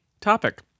topic